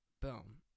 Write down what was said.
Boom